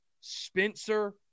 Spencer